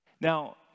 Now